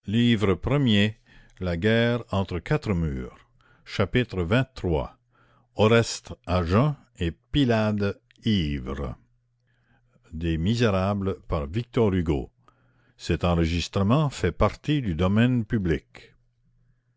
chapitre xxiii oreste à jeun et pylade ivre